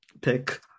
pick